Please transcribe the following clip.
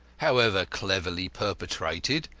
however cleverly perpetrated,